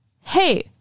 Hey